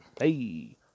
Hey